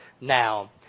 now